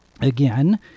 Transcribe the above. again